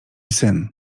syn